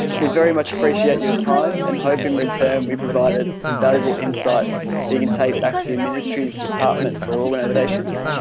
we very much appreciate your time and hope in return we provided some valuable insights that you can take back to your ministries, departments or organizations.